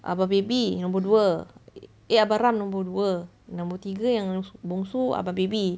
abang baby nombor dua eh abang ram nombor dua nombor tiga yang bongsu abang baby